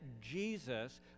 Jesus